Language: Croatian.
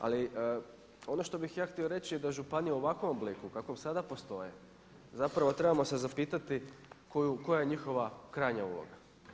Ali ono što bih ja htio reći da županije u ovakvom obliku kakvom sada postoje zapravo trebamo se zapitati koja je njihova krajnja uloga.